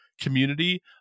community